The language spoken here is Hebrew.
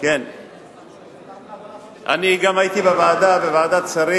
אתה בא להשיב, אני גם הייתי בוועדת השרים,